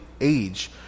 age